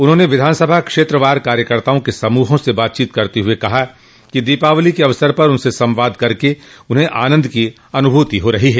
उन्होंने विधानसभा क्षेत्र वार कार्यकर्ताआ के समूहों से बातचीत करते हुए कहा कि दीपावली के अवसर पर उनसे संवाद करके उन्हें आनंद की अनुभूति हो रही है